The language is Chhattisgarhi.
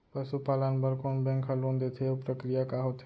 पसु पालन बर कोन बैंक ह लोन देथे अऊ प्रक्रिया का होथे?